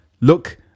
Look